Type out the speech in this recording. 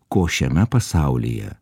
ko šiame pasaulyje